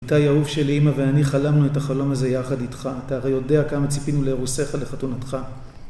איתי אהוב של אמא ואני חלמנו את החלום הזה יחד איתך אתה הרי יודע כמה ציפינו לאירוסך לחתונתך